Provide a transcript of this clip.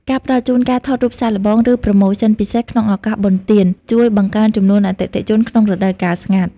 ការផ្ដល់ជូនការថតរូបសាកល្បង ឬប្រូម៉ូសិនពិសេសក្នុងឱកាសបុណ្យទាន ជួយបង្កើនចំនួនអតិថិជនក្នុងរដូវកាលស្ងាត់។